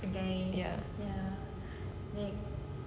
ya